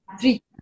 three